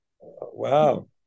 wow